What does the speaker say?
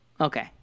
okay